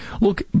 Look